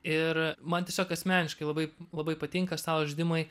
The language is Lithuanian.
ir man tiesiog asmeniškai labai labai patinka stalo žaidimai